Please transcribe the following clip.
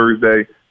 Thursday